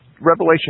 Revelation